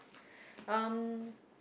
um